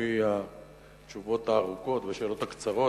על-פי התשובות הארוכות והשאלות הקצרות.